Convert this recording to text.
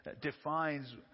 defines